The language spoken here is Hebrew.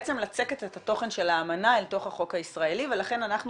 לצקת את התוכן של האמנה אל תוך החוק הישראלי ולכן אנחנו